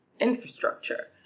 infrastructure